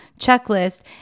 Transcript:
checklist